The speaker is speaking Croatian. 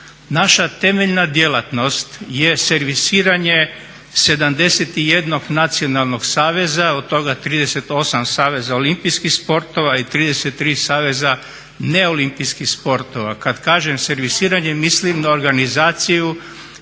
Naša temeljna djelatnost je servisiranje 71 nacionalnog saveza od toga 38 saveza olimpijskih sportova i 33 saveza neolimpijskih sportova. Kad kažem servisiranje mislim na organizaciju